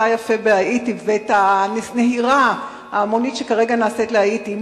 היפה בהאיטי ואת הנהירה ההמונית שכרגע נעשית להאיטי,